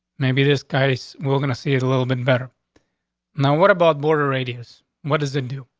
maybe this guys, we're going to see it a little bit better now. what about border radius? what does it do?